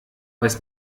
weiß